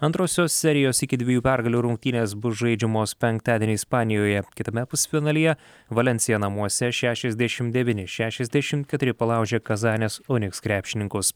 antrosios serijos iki dviejų pergalių rungtynės bus žaidžiamos penktadienį ispanijoje kitame pusfinalyje valensija namuose šešiasdešim devyni šešiasdešim keturi palaužė kazanės unics krepšininkus